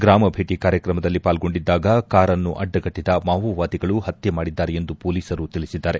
ಗ್ರಾಮ ಭೇಟಿ ಕಾರ್ಯಕ್ರಮದಲ್ಲಿ ಪಾಲ್ಗೊಂಡಿದ್ದಾಗ ಕಾರನ್ನು ಅಡ್ಡಗಟ್ಟದ ಮಾವೋವಾದಿಗಳು ಹತ್ತೆ ಮಾಡಿದ್ದಾರೆ ಎಂದು ಪೊಲೀಸರು ತಿಳಿಸಿದ್ದಾರೆ